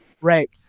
right